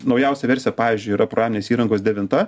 naujausia versija pavyzdžiui yra programinės įrangos yra devinta